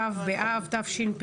ו' באב תשפ"ב,